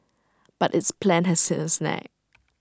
but its plan has hit A snag